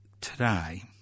today